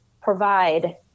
provide